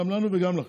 גם לנו וגם לכם,